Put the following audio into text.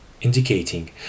indicating